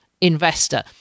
investor